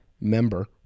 member